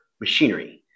machinery